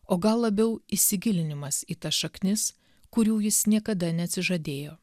o gal labiau įsigilinimas į tas šaknis kurių jis niekada neatsižadėjo